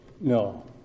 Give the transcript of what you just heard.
No